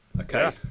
Okay